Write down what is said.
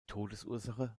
todesursache